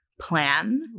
plan